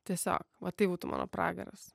tiesiog va tai būtų mano pragaras